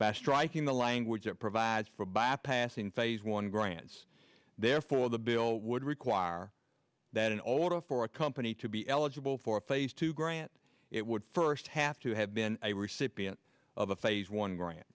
by striking the language it provides for bypassing phase one grants therefore the bill would require that in order for a company to be eligible for phase two grant it would first have to have been a recipient of a phase one